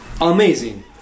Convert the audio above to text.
amazing